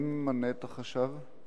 מי ממנה את החשב?